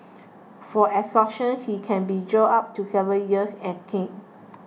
for extortion he can be jailed up to seven years and caned